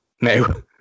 No